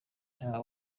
nta